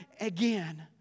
again